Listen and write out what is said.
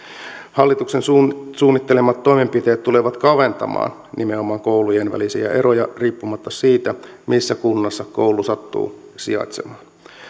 hallituksen suunnittelemat toimenpiteet tulevat kaventamaan nimenomaan koulujen välisiä eroja riippumatta siitä missä kunnassa koulu sattuu sijaitsemaan